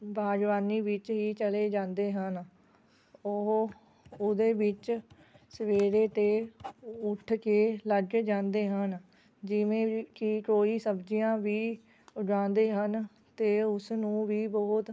ਬਾਗਬਾਨੀ ਵਿੱਚ ਹੀ ਚਲੇ ਜਾਂਦੇ ਹਨ ਉਹ ਉਹਦੇ ਵਿੱਚ ਸਵੇਰੇ ਤੋਂ ਉੱਠ ਕੇ ਲੱਗ ਜਾਂਦੇ ਹਨ ਜਿਵੇਂ ਵੀ ਕਿ ਕੋਈ ਸਬਜ਼ੀਆਂ ਵੀ ਉਗਾਉਂਦੇ ਹਨ ਅਤੇ ਉਸਨੂੰ ਵੀ ਬਹੁਤ